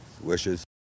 wishes